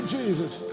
Jesus